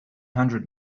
hundred